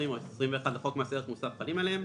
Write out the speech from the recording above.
או 21 לחוק מס ערך מוסף חלים עליהן,